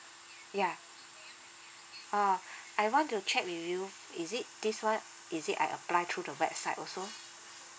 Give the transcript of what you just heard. yeah uh I want to check with you is it this one is it I apply through the website also